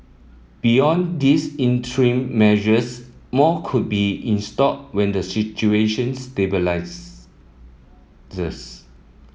beyond these interim measures more could be in store when the situation